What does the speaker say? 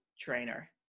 trainer